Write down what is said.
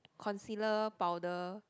concealer powder